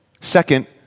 Second